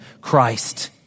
Christ